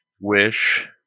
Wish